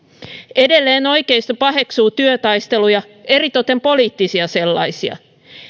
edelleen oikeisto paheksuu työtaisteluja eritoten poliittisia sellaisia